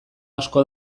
asko